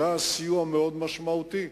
זה היה סיוע מאוד משמעותי.